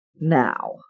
now